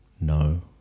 no